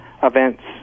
Events